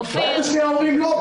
ביד השנייה אומרים לא,